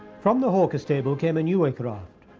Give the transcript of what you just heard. from the hawker's table came a new aircraft,